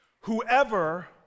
whoever